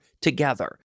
together